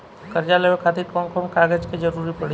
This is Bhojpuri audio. कर्जा लेवे खातिर कौन कौन कागज के जरूरी पड़ी?